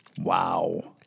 Wow